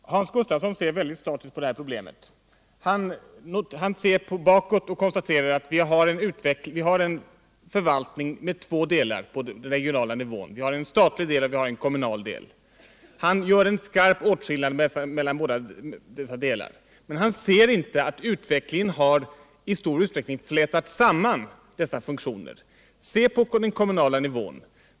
Herr talman! Hans Gustafsson ser väldigt statiskt på detta problem. Han ser bakåt och konstaterar att vi har en förvaltning med två delar på den regionala nivån, en statlig och en kommunal. Han gör en skarp åtskillnad mellan dessa båda delar, men ser inte att utvecklingen i stor utsträckning har flätat samman dessa funktioner. Se på den kommunala nivån.